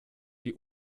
wie